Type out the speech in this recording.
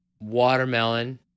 watermelon